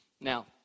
Now